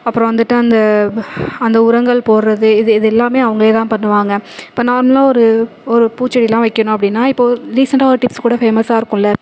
அப்புறம் வந்துட்டு அந்த அந்த உரங்கள் போடுறது இது இது எல்லாமே அவங்களே தான் பண்ணுவாங்க இப்போ நார்மலாக ஒரு ஒரு பூச்செடிலாம் வைக்கணும் அப்படின்னா இப்போ ரீசெண்டாக ஒரு டிப்ஸ் கூட ஃபேமஸாக இருக்கும்ல